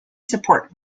support